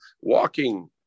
walking